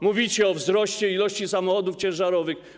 Mówicie o wzroście liczby samochodów ciężarowych.